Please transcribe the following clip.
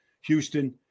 Houston